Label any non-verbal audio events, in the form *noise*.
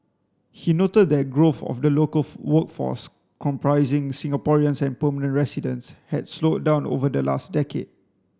he noted that growth of the local *unintelligible* workforce comprising Singaporeans and permanent residents had slowed down over the last decade